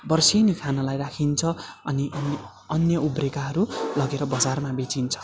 वर्षेनी खानलाई राखिन्छ अनि अन्य उब्रेकाहरू लगेर बजारमा बेचिन्छ